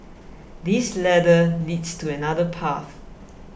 this ladder leads to another path